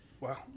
Wow